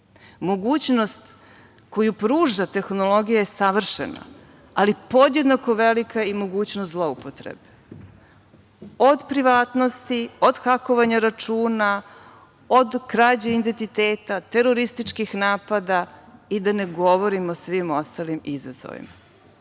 Mogućnost koju pruža tehnologija je savršena, ali podjednako velika i mogućnost zloupotrebe, od privatnosti, od hakovanja računa, od krađe identiteta, terorističkih napada i da ne govorimo o svim ostalim izazovima. Šta